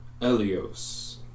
Elios